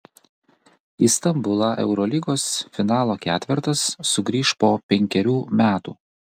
į stambulą eurolygos finalo ketvertas sugrįš po penkerių metų